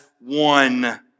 one